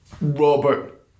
Robert